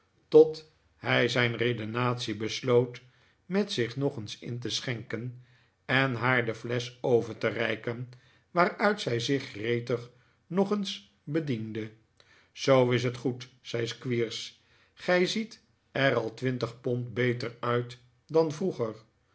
tot hij zijn redenatie besloot met zich nog eens in te schenken en haar de flesch over te reiken waaruit zij zich gretig nog eens bediende zoo is het goed zei squeers gij ziet er al twintig pond beter uit dan vroeger